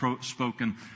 spoken